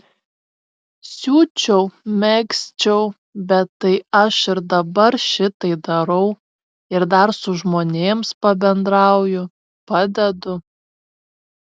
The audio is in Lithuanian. siūčiau megzčiau bet tai aš ir dabar šitai darau ir dar su žmonėms pabendrauju padedu